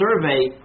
survey